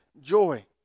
joy